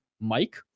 Mike